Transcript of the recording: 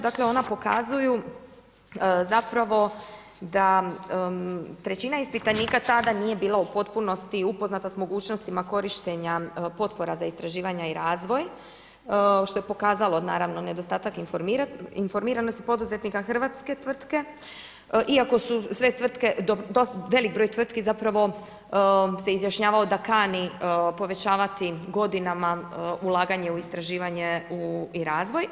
Dakle, ona pokazuju zapravo da trećina ispitanika tada nije bila u potpunosti upoznata sa mogućnostima korištenja potpora za istraživanja i razvoj što je pokazalo naravno nedostatak informiranosti poduzetnika hrvatske tvrtke, iako su sve tvrtke, velik broj tvrtki zapravo se izjašnjavao da kani povećavati godinama ulaganje u istraživanje i razvoj.